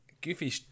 Goofy